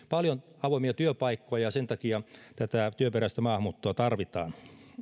paljon avoimia työpaikkoja ja sen takia työperäistä maahanmuuttoa tarvitaan